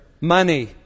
money